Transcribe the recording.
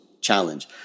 challenge